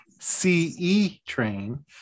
cetrain